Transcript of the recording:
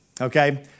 okay